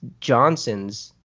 Johnsons